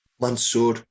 Mansur